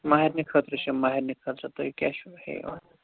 مَہرنہِ خٲطرٕ چھِ یِم مَہرنہِ خٲطرٕ تُہۍ کیٛاہ چھِو ہیٚوان